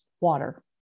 water